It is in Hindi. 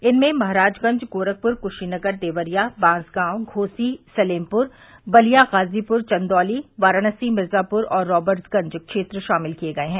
इनमें महराजगंज गोरखपुर कुशीनगर देवरिया बांसगांव घोसी सलेमपुर बलिया गाजीपुर चन्दौली वाराणसी मिर्जापुर और रावर्टस्गंज क्षेत्र शामिल किये गये हैं